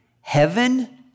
heaven